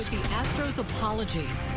astros apology,